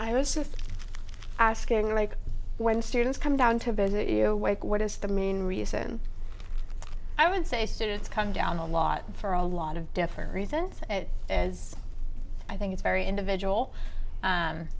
i was just asking like when students come down to visit you wake what is the main reason i would say students come down a lot for a lot of different reasons is i think it's very individual